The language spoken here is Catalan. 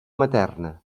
materna